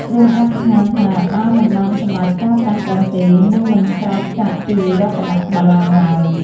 ទ្រង់អធិដ្ឋានថា បើមិនបានសម្រេចការត្រាស់ដឹងទេ នឹងមិនក្រោកចាកពីរតនបល្ល័ង្គឡើយ។